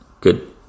good